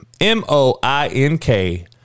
m-o-i-n-k